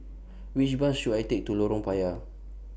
Which Bus should I Take to Lorong Payah